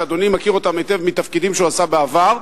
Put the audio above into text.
שאדוני מכיר אותן היטב מתפקידים שהוא עשה בעבר,